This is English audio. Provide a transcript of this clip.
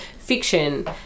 fiction